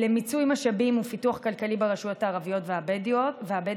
למיצוי משאבים ופיתוח כלכלי ברשויות הערביות והבדואיות